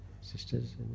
Sisters